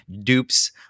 Dupes